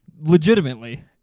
Legitimately